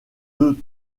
deux